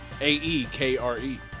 A-E-K-R-E